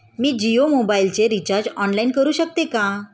मी जियो मोबाइलचे recharge online करू शकते का?